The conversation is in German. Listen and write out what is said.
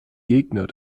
gegner